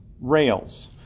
rails